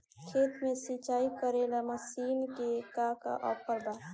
खेत के सिंचाई करेला मशीन के का ऑफर बा?